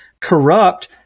corrupt